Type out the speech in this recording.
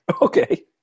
Okay